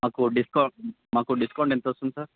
మాకు డిస్కౌంట్ మాకు డిస్కౌంట్ ఎంత వస్తుంది సార్